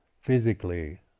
physically